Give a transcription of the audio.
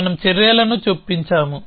మనం చర్యలను చొప్పించాము